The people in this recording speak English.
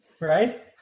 right